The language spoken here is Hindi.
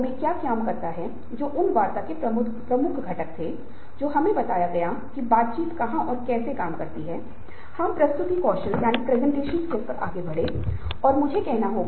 यहां तक कि अगर यह दिशा तीन आयामों को आपने पहचाना है जो मूल रूप से दिशा प्रयास और दृढ़ता है तो यह व्यवहार की मांग करने वाला एक संतोषजनक और लक्ष्य है और इस प्रेरणा की कुछ विशेषताएं हैं